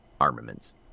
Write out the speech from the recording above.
armaments